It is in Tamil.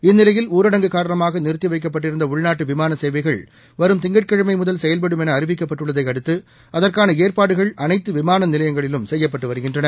இந்நிலையில் ஊரடங்கு காரணமாக நிறுத்தி வைக்கப்பட்டிருந்த உள்நாட்டு விமான சேவைகள் வரும் திங்கட்கிழமை முதல் செயல்படுமென அறிவிக்கப்பட்டுள்ளதை அடுத்து அதற்கான ஏற்பாடுகள் அளைத்து விமான நிலையங்களிலும் செய்யப்பட்டு வருகின்றன